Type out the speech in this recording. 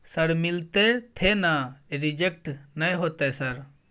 Sir मिलते थे ना रिजेक्ट नय होतय सर?